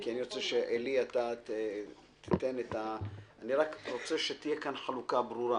אני רוצה שתהיה כאן חלוקה ברורה.